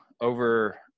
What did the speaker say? over